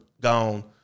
gone